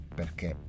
perché